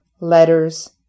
letters